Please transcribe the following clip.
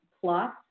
plus